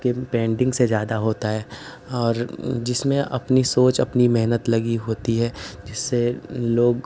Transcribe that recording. painting से ज़्यादा होता है और जिसमें अपनी सोच अपनी मेहनत लगी होती है जिससे लोग